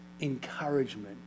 encouragement